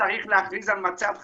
צריך להכריז על מצב חירום.